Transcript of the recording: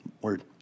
Word